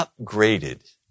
upgraded